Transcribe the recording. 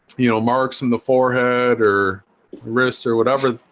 you know marks in the forehead or wrist or whatever